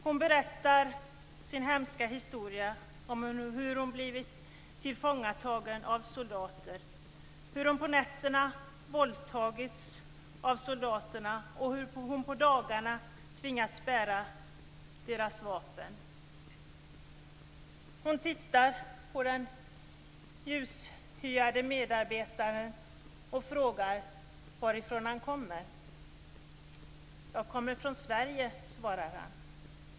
Hon berättade sin hemska historia om hur hon blivit tillfångatagen av soldater, våldtagits av soldaterna på nätterna och tvingats bära deras vapen på dagarna. Hon tittade på den ljushyade hjälparbetaren och frågade varifrån han kom. Han svarade att han kom från Sverige.